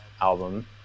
album